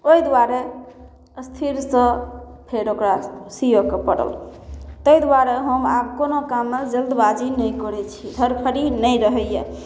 ओहि दुआरे स्थिरसँ फेर ओकरा सिअऽके पड़ल ताहि दुआरे हम आब कोनो काममे जल्दबाजी नहि करै छी धरफड़ी नहि रहैए